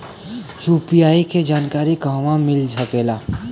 UPI के जानकारी कहवा मिल सकेले?